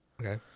Okay